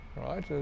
right